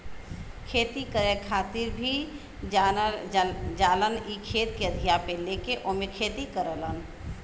खेती करे खातिर भी जालन इ खेत के अधिया पे लेके ओमे खेती करलन